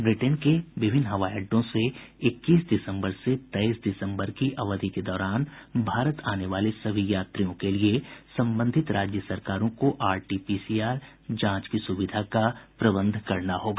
Britain के विभिन्न हवाई अड्डों से इक्कीस दिसम्बर से तेईस दिसम्बर की अवधि के दौरान भारत आने वाले सभी यात्रियों के लिए संबंधित राज्य सरकारों को R T P C R जांच की सुविधा का प्रबंध करना होगा